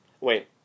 Wait